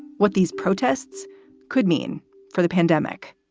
what these protests could mean for the pandemic.